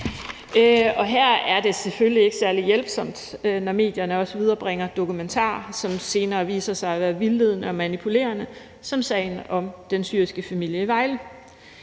Her er det selvfølgelig ikke særlig hjælpsomt, når medierne også viderebringer dokumentarer, som senere viser sig at være vildledende og manipulerende som sagen om den syriske familie i Vejle.